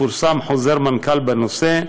ופורסם חוזר מנכ"ל בנושא,